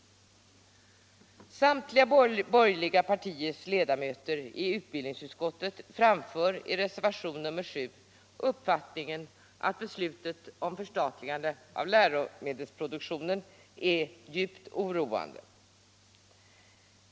Samtliga borgerliga partiers ledamöter i utbildningsutskottet framför därför i reservationen 7 uppfattningen att beslutet om förstatligandet av läromedelsproduktionen är djupt oroande.